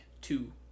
two